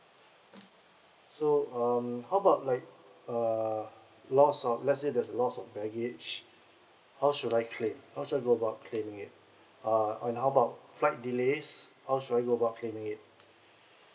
so um how about like uh lost of let's say there's a lost of baggage how should I claim how should I go about claiming it uh and how about flight delays how should I go about claiming it